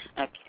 Okay